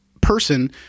person